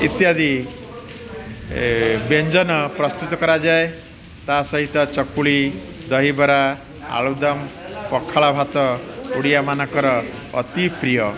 ଇତ୍ୟାଦି ବ୍ୟଞ୍ଜନ ପ୍ରସ୍ତୁତ କରାଯାଏ ତାସହିତ ଚକୁଳି ଦହିବରା ଆଳୁଦମ୍ ପଖାଳ ଭାତ ଓଡ଼ିଆମାନଙ୍କର ଅତି ପ୍ରିୟ